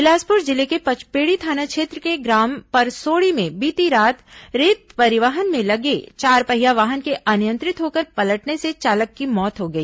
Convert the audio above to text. बिलासपुर जिले के पचपेड़ी थाना क्षेत्र के ग्राम परसोड़ी में बीती रात रेत परिवहन में लगे चारपहिया वाहन के अनियंत्रित होकर पलटने से चालक की मौत हो गई